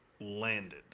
landed